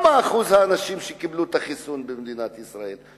מה שיעור האנשים שקיבלו את החיסון במדינת ישראל,